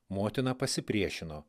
motina pasipriešino